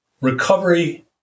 recovery